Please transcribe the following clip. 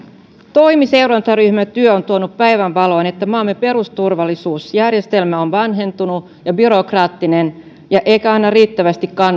toimi seurantaryhmän työ on tuonut päivänvaloon että maamme perusturvajärjestelmä on vanhentunut ja byrokraattinen eikä anna riittävästi